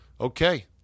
okay